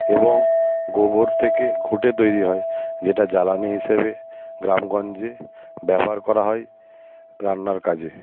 এবং গোবর থেকে ঘুঁটে তৈরি হয় যেটা জ্বালানি হিসেবে গ্রামগঞ্জে ব্যবহার করা হয় রান্নার কাজে